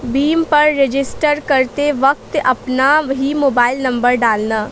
भीम पर रजिस्टर करते वक्त अपना ही मोबाईल नंबर डालना